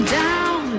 down